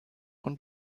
und